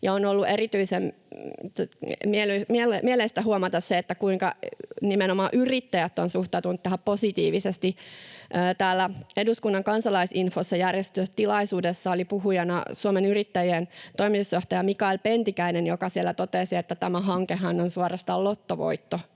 on ollut erityisen mieleistä huomata se, kuinka positiivisesti nimenomaan yrittäjät ovat suhtautuneet tähän. Täällä eduskunnan Kansalaisinfossa järjestetyssä tilaisuudessa oli puhujana Suomen Yrittäjien toimitusjohtaja Mikael Pentikäinen, joka siellä totesi, että tämä hankehan on suorastaan lottovoitto